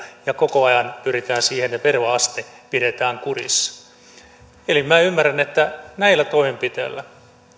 ja koko ajan pyritään siihen että veroaste pidetään kurissa minä ymmärrän että näillä toimenpiteillä